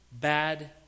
bad